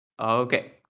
Okay